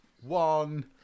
one